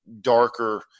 darker